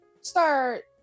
start